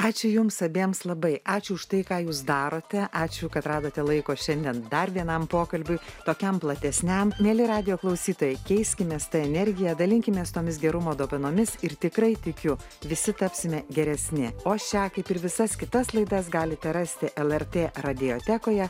ačiū jums abiems labai ačiū už tai ką jūs darote ačiū kad radote laiko šiandien dar vienam pokalbiui tokiam platesniam mieli radijo klausytojai keiskimės ta energija dalinkimės tomis gerumo dovanomis ir tikrai tikiu visi tapsime geresni o šią kaip ir visas kitas laidas galite rasti lrt radiotekoje